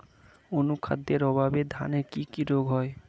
অনুখাদ্যের অভাবে ধানের কি কি রোগ হয়?